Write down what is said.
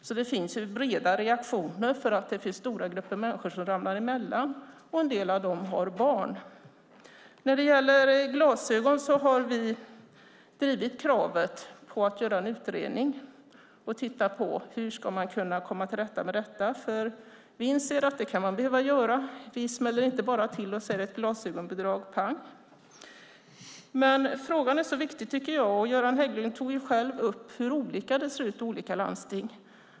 Det är alltså breda reaktioner på att det finns stora grupper människor som ramlar emellan, och en del av dem har barn. När det gäller glasögon har vi drivit kravet på att göra en utredning och titta på hur man ska kunna komma till rätta med detta, för vi inser att det kan man behöva göra. Vi smäller inte bara till och säger "glasögonbidrag, pang". Frågan är så viktig. Göran Hägglund tog själv upp hur olika det ser ut i olika landsting.